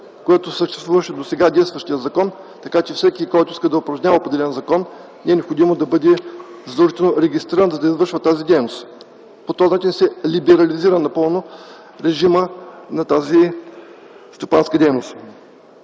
което съществуваше в досега действащия закон. Така че всеки, който иска да упражнява определена дейност, не е задължително да бъде регистриран, за да извършва тази дейност. По този начин се либерализира напълно режимът на тази стопанска дейност.